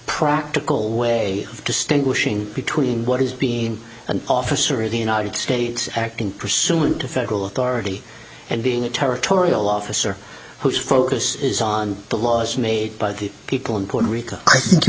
practical way to state wishing between what is being an officer of the united states acting pursuant to federal authority and being territorial officer which focus is on the laws made by the people in puerto rico i think you